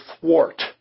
thwart